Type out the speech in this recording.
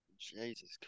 Jesus